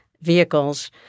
vehicles